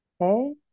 Okay